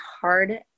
hard